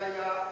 לי בקשה,